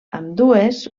ambdues